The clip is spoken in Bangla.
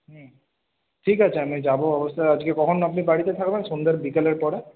হুম ঠিক আছে আমি যাব অবশ্যই আজকে কখন আপনি বাড়িতে থাকবেন সন্ধ্যের বিকেলের পরে